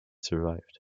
survived